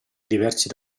diversi